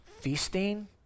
feasting